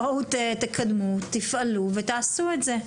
בואו תקדמו, תפעלו ותעשו את זה.